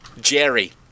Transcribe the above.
Jerry